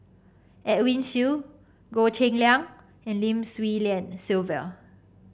Edwin Siew Goh Cheng Liang and Lim Swee Lian Sylvia